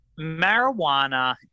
marijuana